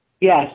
Yes